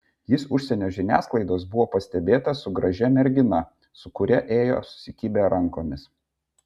jis užsienio žiniasklaidos buvo pastebėtas su gražia mergina su kuria ėjo susikibę rankomis